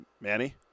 Manny